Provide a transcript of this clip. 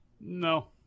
No